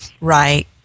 Right